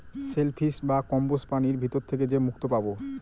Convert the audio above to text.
shell fish বা কম্বোজ প্রাণীর ভিতর থেকে যে মুক্তো পাবো